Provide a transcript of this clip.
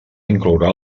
inclourà